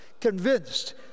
convinced